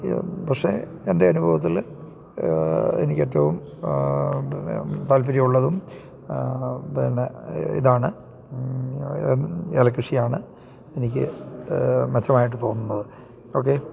പക്ഷേ എൻ്റെ അനുഭവത്തിൽ എനിക്ക് ഏറ്റവും താല്പര്യ ഉള്ളതും പെന്നെ ഇതാണ് ഏല കൃഷിയാണ് എനിക്ക് മെച്ചമായിട്ട് തോന്നുന്നത് ഓക്കെ